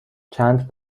چند